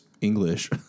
English